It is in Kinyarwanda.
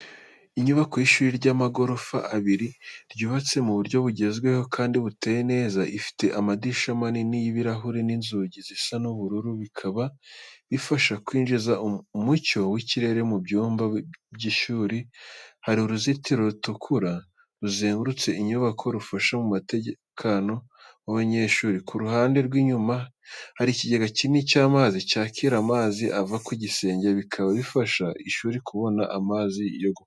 Inyubako y’ishuri rifite amagorofa abiri, ryubatse mu buryo bugezweho kandi buteye neza. Ifite amadirishya manini y'ibirahuri n'inzugi zisa n'ubururu bikaba bifasha kwinjiza umucyo w’ikirere mu byumba by’ishuri. Hari uruzitiro rutukura ruzengurutse inyubako rufasha mu mutekano w'abanyeshuri. Ku ruhande rw’inyuma, hari ikigega kinini cy’amazi cyakira amazi ava ku gisenge, bikaba bifasha ishuri kubona amazi yo gukoresha.